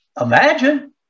imagine